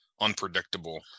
unpredictable